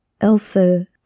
Elsa